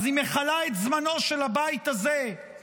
אז היא מכלה את זמנו של הבית הזה בסיסמאות,